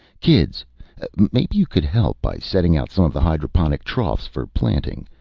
kids maybe you could help by setting out some of the hydroponic troughs for planting.